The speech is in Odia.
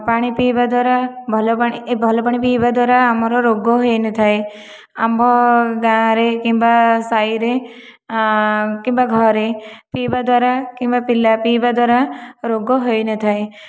ପାଣି ପିଇବା ଦ୍ୱାରା ଭଲ ପାଣି ଏ ଭଲ ପାଣି ପିଇବା ଦ୍ୱାରା ଆମର ରୋଗ ହେଇନଥାଏ ଆମ୍ଭ ଗାଁରେ କିମ୍ବା ସାହିରେ କିମ୍ବା ଘରେ ପିଇବା ଦ୍ୱାରା କିମ୍ବା ପିଲା ପିଇବା ଦ୍ୱାରା ରୋଗ ହୋଇନଥାଏ